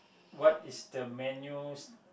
what is the menus